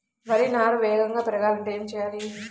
వరి నారు వేగంగా పెరగాలంటే ఏమి చెయ్యాలి?